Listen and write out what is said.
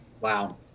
Wow